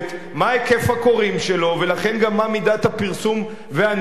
מה היקף הקוראים שלו ולכן גם מה מידת הפרסום והנזק,